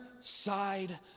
side